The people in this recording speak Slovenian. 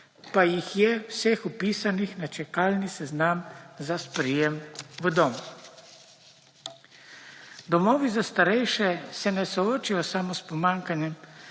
pa jih je vseh vpisanih na čakalni seznam za sprejem v dom. Domovi za starejše se ne soočajo samo s pomanjkanjem